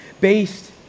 based